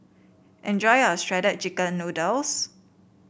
enjoy your Shredded Chicken Noodles